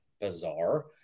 bizarre